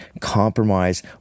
compromise